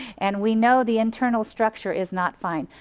and we know the internal structure is not fine.